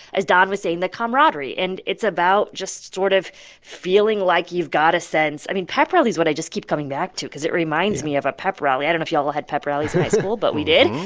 as don was saying, the camaraderie. and it's about just sort of feeling like you've got a sense i mean, pep rally is what i just keep coming back to because it reminds me of a pep rally. i don't know if you all had pep rallies in high school, but we did.